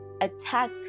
attack